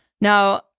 now